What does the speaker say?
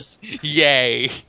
Yay